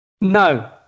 No